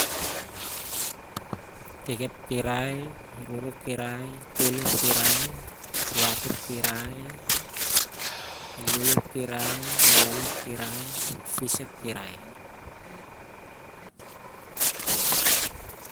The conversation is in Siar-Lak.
Itik ep kirai, iru- ru kirai, itol ep kirai, i- at ep kirai, ilim ep kirai, i won ep kirai, i- fis ep kirai.